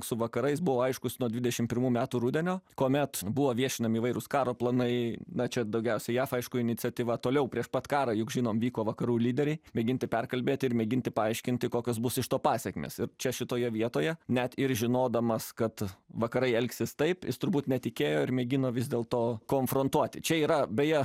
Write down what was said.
su vakarais buvo aiškus nuo dvidešimt pirmų metų rudenio kuomet buvo viešinami įvairūs karo planai na čia daugiausiai jav aišku iniciatyva toliau prieš pat karą juk žinom vyko vakarų lyderiai mėginti perkalbėti ir mėginti paaiškinti kokios bus iš to pasekmės ir čia šitoje vietoje net ir žinodamas kad vakarai elgsis taip jis turbūt netikėjo ir mėgino vis dėl to konfrontuoti čia yra beje